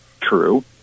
true